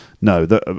no